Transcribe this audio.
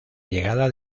llegada